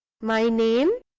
my name